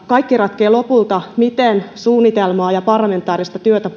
kaikki ratkeaa lopulta siinä miten puolueet kunnioittavat suunnitelmaa ja parlamentaarista työtä